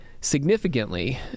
Significantly